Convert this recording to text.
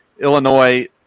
Illinois